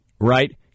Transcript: Right